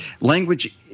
Language